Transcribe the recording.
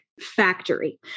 factory